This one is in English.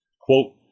quote